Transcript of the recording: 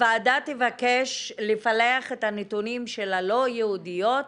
-- הוועדה תבקש לפלח את הנתונים של הלא יהודיות.